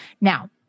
Now